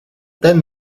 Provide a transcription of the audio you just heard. then